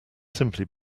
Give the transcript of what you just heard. simply